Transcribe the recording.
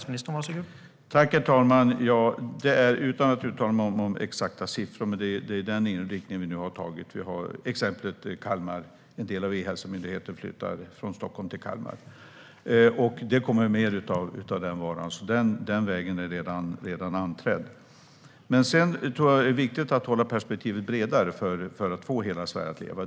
Herr talman! Jag ska inte uttala mig om exakta siffror, men det är den inriktningen vi nu har tagit. Till exempel flyttar en del av E-hälsomyndigheten från Stockholm till Kalmar. Det kommer mer av den varan, så den vägen är redan anträdd. Men sedan tror jag att det är viktigt att hålla perspektivet bredare för att få hela Sverige att leva.